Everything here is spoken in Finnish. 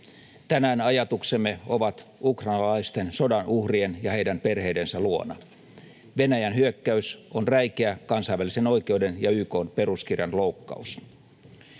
Tänään ajatuksemme ovat ukrainalaisten sodan uhrien ja heidän perheidensä luona. Venäjän hyökkäys on räikeä kansainvälisen oikeuden ja YK:n peruskirjan loukkaus.